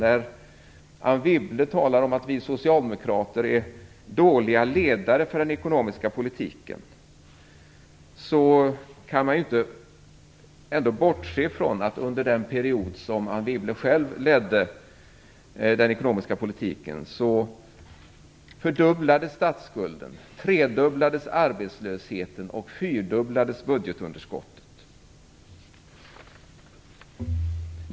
Anne Wibble säger att vi socialdemokrater är dåliga ledare för den ekonomiska politiken. Men man kan ändå inte bortse från att under den period under vilken Anne Wibble själv ledde den ekonomiska politiken fördubblades statsskulden, tredubblades arbetslösheten och fyrdubblades budgetunderskottet.